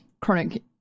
chronic